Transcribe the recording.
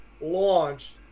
launch